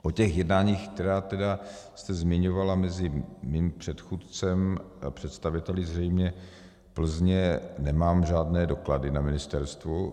O těch jednáních, která tedy jste zmiňovala, mezi mým předchůdcem a představiteli zřejmě Plzně nemám žádné doklady na ministerstvu.